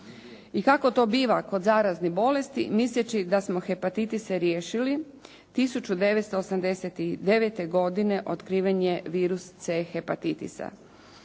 I kako to biva kod zaraznih bolesti misleći da smo hepatitise riješili 1989. godine otkriven je virus C hepatitisa.